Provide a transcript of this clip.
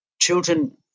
children